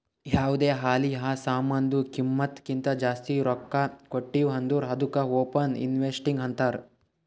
ಯಾವ್ದೇ ಆಲಿ ಆ ಸಾಮಾನ್ದು ಕಿಮ್ಮತ್ ಕಿಂತಾ ಜಾಸ್ತಿ ರೊಕ್ಕಾ ಕೊಟ್ಟಿವ್ ಅಂದುರ್ ಅದ್ದುಕ ಓವರ್ ಇನ್ವೆಸ್ಟಿಂಗ್ ಅಂತಾರ್